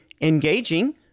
engaging